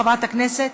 חוק ומשפט.